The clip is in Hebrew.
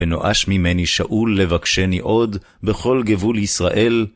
ונואש ממני שאול לבקשני עוד, בכל גבול ישראל,